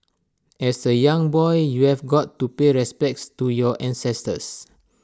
as A young boy you have got to pay respects to your ancestors